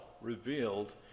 revealed